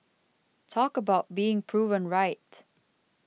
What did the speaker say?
talk about being proven right